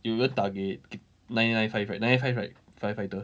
有人打给 ji~ nine nine five right nine nine five right firefighter